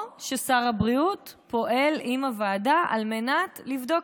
או ששר הבריאות פועל עם הוועדה על מנת לבדוק